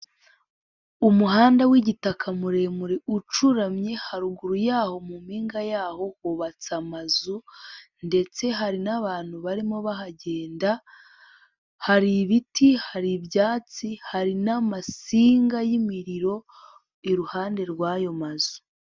Umuhanda w'igitaka muremure ucuramye haruguru yaho mu mpinga yaho, hubatse amazu ndetse hari n'abantu barimo bahagenda, hari ibiti, hari ibyatsi, hari n'amasinga y'imiriro iruhande rw'ayo mazu.